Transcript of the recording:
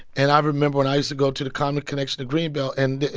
and i remember when i used to go to the comedy connection of greenbelt. and,